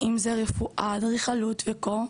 אם זה רפואה, אדריכלות וכו',